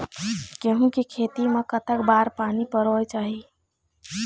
गेहूं के खेती मा कतक बार पानी परोए चाही?